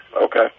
Okay